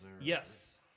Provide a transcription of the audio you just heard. Yes